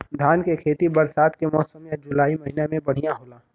धान के खेती बरसात के मौसम या जुलाई महीना में बढ़ियां होला?